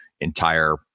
entire